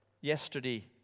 yesterday